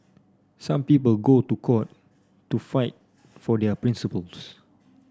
some people go to court to fight for their principles